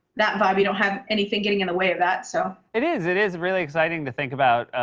that vibe. we don't have anything getting in the way of that, so. it is. it is really exciting to think about.